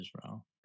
Israel